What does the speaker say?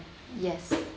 yes